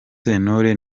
sentore